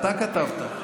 אתה כתבת.